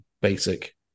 Basic